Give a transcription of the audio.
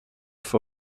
for